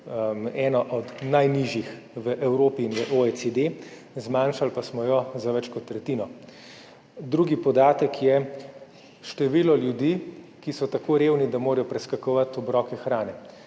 ena od najnižjih v Evropi in OECD. Zmanjšali pa smo jo za več kot tretjino. Drugi podatek je število ljudi, ki so tako revni, da morajo preskakovati obroke hrane.